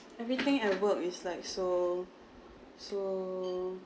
everything at work is like so so